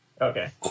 Okay